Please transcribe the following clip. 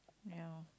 ya